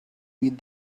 meet